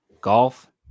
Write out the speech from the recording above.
golf